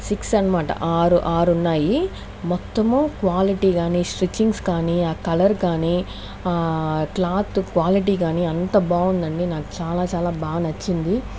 six అనమాట ఆరు ఆరున్నాయి మొత్తము క్వాలిటీ కాని స్టిచ్చింగ్ కాని ఆ కలర్ కాని క్లాత్ క్వాలిటీ కాని అంత బాగుందండి నాకు చాలా చాలా బాగా నచ్చింది